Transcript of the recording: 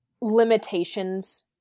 limitations